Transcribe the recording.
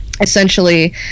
essentially